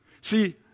See